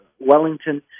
Wellington